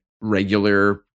regular